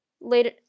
later